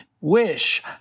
wish